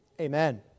Amen